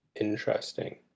Interesting